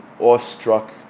awestruck